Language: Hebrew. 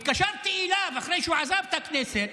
התקשרתי אליו אחרי שהוא עזב את הכנסת,